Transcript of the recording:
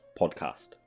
Podcast